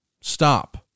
stop